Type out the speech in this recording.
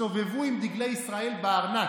יסתובבו עם דגלי ישראל בארנק.